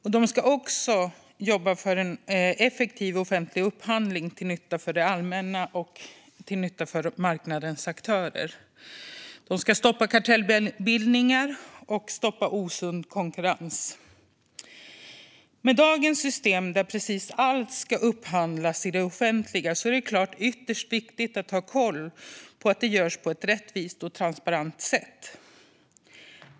Man ska också jobba för effektiv offentlig upphandling till nytta för det allmänna och marknadens aktörer, och man ska stoppa kartellbildning och osund konkurrens. Med dagens system, där precis allt i det offentliga ska upphandlas, är det såklart ytterst viktigt att ha koll på att det görs på ett rättvist och transparent sätt.